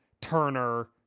Turner